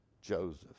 joseph